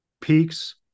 peaks